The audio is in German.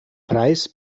preis